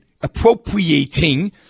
appropriating